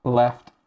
left